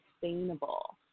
sustainable